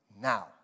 Now